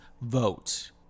vote